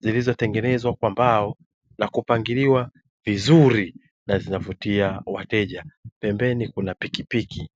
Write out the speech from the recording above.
zilizotengenezwa kwa mbao na kupangiliwa vizuri na zinavutia wateja, pembeni kuna pikipiki.